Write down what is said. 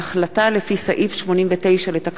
לפי סעיף 89 לתקנון הכנסת,